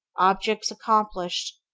objects accomplished,